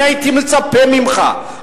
אני הייתי מצפה ממך,